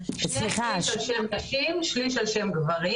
שני שליש על שם נשים, שליש על שם גברים.